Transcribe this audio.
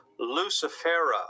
Lucifera